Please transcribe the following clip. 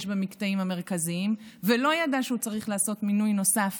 במקטעים המרכזיים ולא ידע שהוא צריך לעשות מנוי נוסף